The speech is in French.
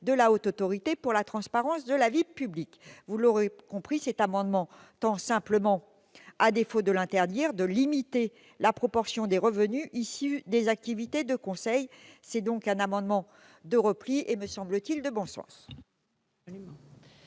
de la Haute Autorité pour la transparence de la vie publique. Vous l'aurez compris, mes chers collègues, cet amendement tend simplement, à défaut de l'interdire, à limiter la proportion des revenus issus des activités de conseil. Il s'agit donc d'un amendement de repli et, me semble-t-il, de bon sens.